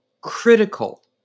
critical